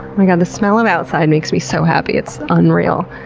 my god, the smell of outside makes me so happy, it's unreal.